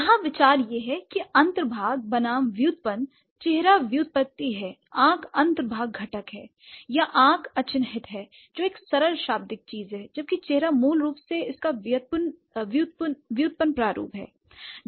यहां विचार यह है कि अन्तर्भाग बनाम व्युत्पन्न चेहरा व्युत्पत्ति है आंख अन्तर्भाग घटक है या आंख अचिह्नित है जो एक सरल शाब्दिक चीज है जबकि चेहरा मूल रूप से इसका व्युत्पन्न रूप है